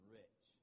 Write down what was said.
rich